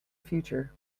future